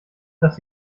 dass